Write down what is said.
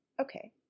okay